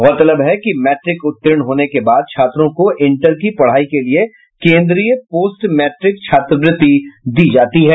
गौरतलब है कि मैट्रिक उत्तीर्ण होने के बाद छात्रों को इंटर की पढ़ाई के लिए केन्द्रीय पोस्ट मैट्रिक छात्रवृत्ति दी जाती है